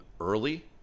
early